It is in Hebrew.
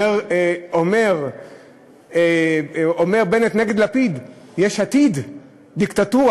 אומר בנט נגד לפיד: יש עתיד דיקטטורה,